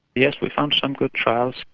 yes, we found some good trials.